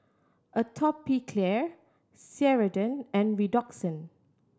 Atopiclair Ceradan and Redoxon